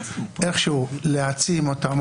איכשהו להעצים אותם,